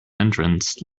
entrance